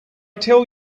tell